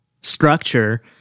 structure